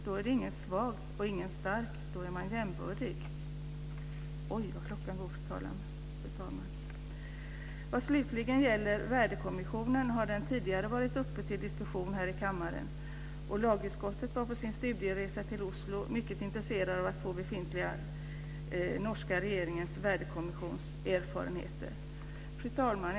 Då är ingen svag eller stark; då är man jämbördig. Vad slutligen gäller Värdekommissionen kan jag säga att den tidigare har varit uppe till diskussion här i kammaren. Lagutskottet var på sin studieresa till Oslo mycket intresserat av att få den befintliga norska regeringens värdekommissions erfarenheter. Fru talman!